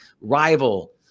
rival